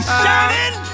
shining